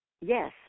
yes